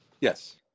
Yes